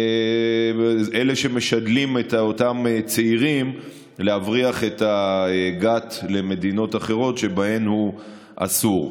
אלה שמשדלים את אותם צעירים להבריח את הגת למדינות אחרות שבהן הוא אסור.